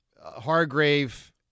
Hargrave